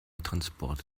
transport